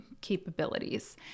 capabilities